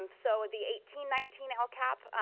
um so the eighteen nineteen lcap,